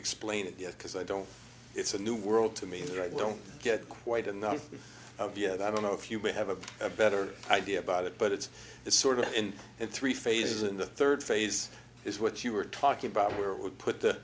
explain it yet because i don't it's a new world to me that i don't get quite enough of yet i don't know if you may have a better idea about it but it's sort of in three phases and the third phase is what you were talking about where it would put the